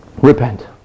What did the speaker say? Repent